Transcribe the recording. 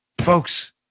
Folks